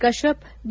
Kashyap B